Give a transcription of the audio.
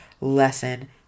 lesson